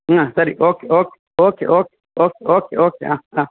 ಹಾಂ ಸರಿ okay okay okay okay okay okay ಹಾಂ ಹಾಂ